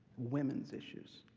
women's issues.